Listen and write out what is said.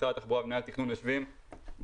משרד התחבורה ומנהל התכנון יושבים כמעט